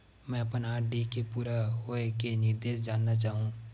मैं अपन आर.डी के पूरा होये के निर्देश जानना चाहहु